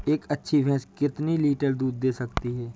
एक अच्छी भैंस कितनी लीटर दूध दे सकती है?